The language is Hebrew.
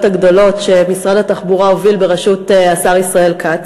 הגדולות שהוביל משרד התחבורה בראשות השר ישראל כץ.